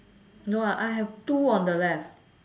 no ah I have two on the left